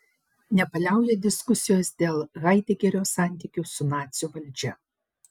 nepaliauja diskusijos dėl haidegerio santykių su nacių valdžia